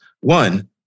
One